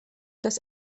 das